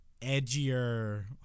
edgier